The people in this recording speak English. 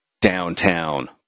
downtown